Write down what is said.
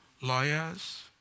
Lawyers